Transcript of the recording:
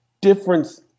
difference